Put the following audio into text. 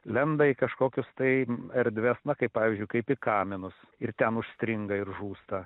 lenda į kažkokius tai erdves na kaip pavyzdžiui kaip į kaminus ir ten užstringa ir žūsta